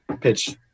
pitch